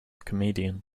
comedian